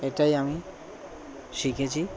এটাই আমি শিখেছি